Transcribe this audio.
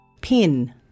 Pin